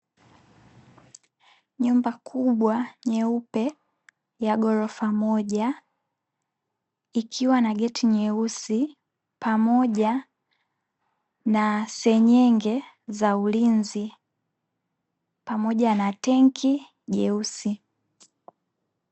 Nyumba kubwa nyeupe ya ghorofa moja ikiwa na geti nyeusi, pamoja na seng'enge za ulinzi pamoja na tanki jeusi.